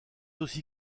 aussi